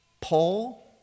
Paul